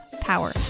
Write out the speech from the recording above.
Power